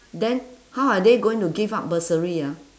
then how are they going to give out bursary ah